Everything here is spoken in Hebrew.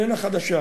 איננה חדשה.